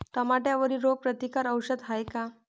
टमाट्यावरील रोग प्रतीकारक औषध हाये का?